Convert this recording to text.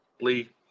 Lee